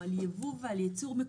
לצורך